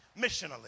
Missionally